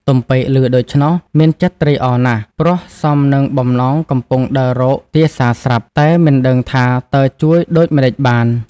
ទំពែក ឮដូច្នោះមានចិត្តត្រេកអរណាស់ ព្រោះសមនឹងបំណងកំពុងដើររកទាសាស្រាប់ តែមិនដឹងថាតើជួយដូចម្តេចបាន?។